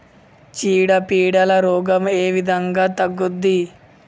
చీడ పీడల రోగం ఏ విధంగా తగ్గుద్ది?